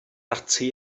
ati